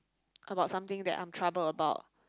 about something that I'm trouble about